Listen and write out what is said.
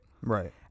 Right